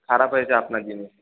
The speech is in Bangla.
খারাপ হয়েছে আপনার জিনিস